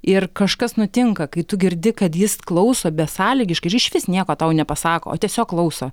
ir kažkas nutinka kai tu girdi kad jis klauso besąlygiškai ir išvis nieko tau nepasako o tiesiog klauso